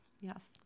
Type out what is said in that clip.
Yes